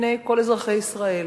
בפני כל אזרחי ישראל.